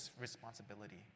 responsibility